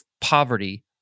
poverty